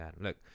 Look